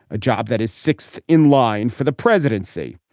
job that is sixth in line for the presidency.